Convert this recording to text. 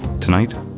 Tonight